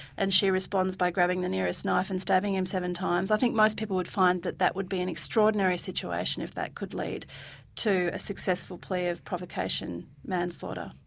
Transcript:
and she responds by grabbing the nearest knife and stabbing him seven times, i think that most people would find that that would be an extraordinary situation if that could lead to a successful plea of provocation manslaughter.